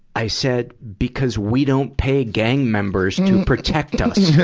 i said, because we don't pay gang members to protect us.